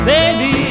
Baby